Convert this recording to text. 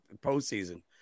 postseason